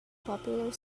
popular